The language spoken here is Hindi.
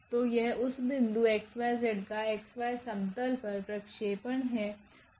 तो यह उस बिंदु 𝑥𝑦𝑧 का 𝑥𝑦समतल पर प्रक्षेपण है